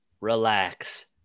relax